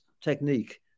technique